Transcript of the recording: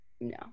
No